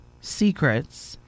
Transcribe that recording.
secrets